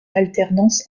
alternance